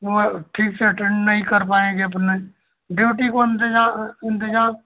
वह ठीक से अटेंड नहीं कर पाएँगे अपने ड्यूटी को इंतज़ार इंतज़ार